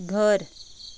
घर